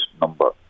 number